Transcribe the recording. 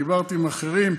דיברתי עם אחרים.